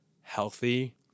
healthy